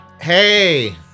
Hey